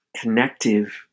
connective